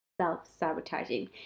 self-sabotaging